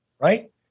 right